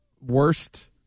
worst